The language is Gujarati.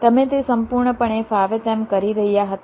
તમે તે સંપૂર્ણપણે ફાવે તેમ કરી રહ્યા હતા